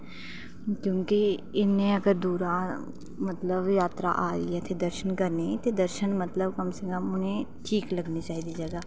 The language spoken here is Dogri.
क्योंकि इन्ने अगर दूरा मतलब कि जात्तरा आवा दी ऐ दर्शन करने ई ते दर्शन मतलब कम से कम उनेंगी ठीक लग्गनी चाहिदी जगह